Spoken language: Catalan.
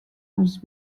els